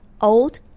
old